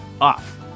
off